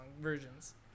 versions